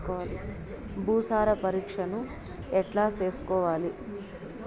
భూసార పరీక్షను ఎట్లా చేసుకోవాలి?